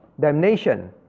damnation